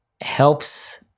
helps